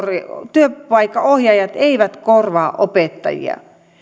työpaikkaohjaajat eivät korvaa opettajia